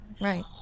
Right